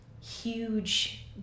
huge